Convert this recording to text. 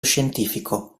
scientifico